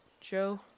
Joe